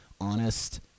honest